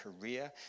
career